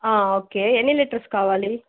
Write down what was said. okay ఎన్ని litres కావాలి